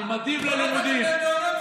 לא נתתם להם מעונות יום.